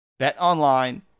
BetOnline